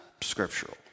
scriptural